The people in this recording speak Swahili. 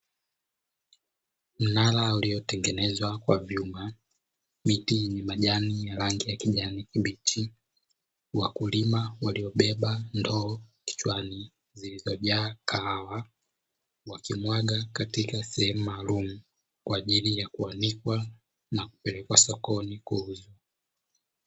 Mnara uliotengenezwa kwa vyuma, miti yenye majani ya rangi ya kijani mbichi, wakulima waliobeba ndoo kichwani zilizojaa kahawa, wakimwaga katika sehem maalumu kwa ajili ya kuanikwa na kupelekwa sokoni kuuzwa.